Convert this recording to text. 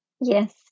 Yes